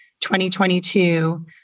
2022